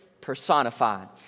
personified